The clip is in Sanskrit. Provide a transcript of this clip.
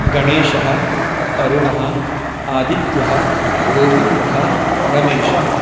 गणेशः अरुणः आदित्यः गोविन्दः रमेशः